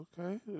Okay